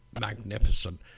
Magnificent